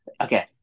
okay